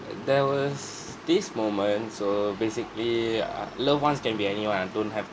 uh there was this moment so basically uh loved ones can be anyone ah don't have